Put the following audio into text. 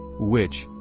which,